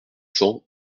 cents